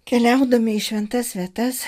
keliaudami į šventas vietas